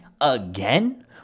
again